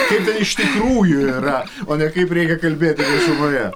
kaip ten iš tikrųjų yra o ne kaip reikia kalbėti viešumoje